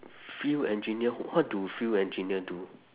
field engineer what do field engineer do